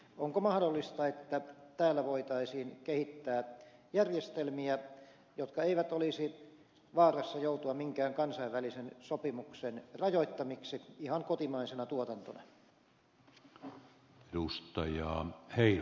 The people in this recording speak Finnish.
onko mahdollista että täällä voitaisiin kehittää järjestelmiä jotka eivät olisi vaarassa joutua minkään kansainvälisen sopimuksen rajoittamiksi ihan kotimaisena tuotantona